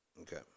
Okay